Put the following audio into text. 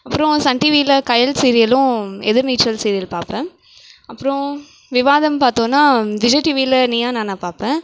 அப்றம் சன் டிவியில் கயல் சீரியலும் எதிர்நீச்சல் சீரியல் பார்ப்பேன் அப்றம் விவாதம் பார்த்தோனா விஜய் டிவியில் நீயா நானா பார்ப்பேன்